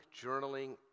journaling